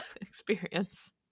experience